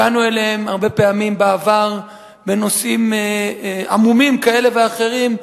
הגענו אליהן הרבה פעמים בעבר בנושאים עמומים כאלה ואחרים,